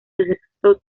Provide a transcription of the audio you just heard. excepto